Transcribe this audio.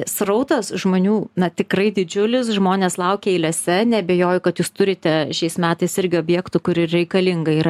srautas žmonių na tikrai didžiulis žmonės laukia eilėse neabejoju kad jūs turite šiais metais irgi objektų kur reikalinga yra